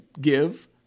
give